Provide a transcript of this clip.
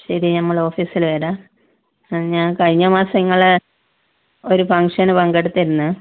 ശരി നമ്മൾ ഓഫീസില് വരാം ഞാൻ കഴിഞ്ഞ മാസം നിങ്ങളുടെ ഒരു ഫങ്ഷന് പങ്കെടുത്തിരുന്നു